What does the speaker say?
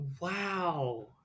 Wow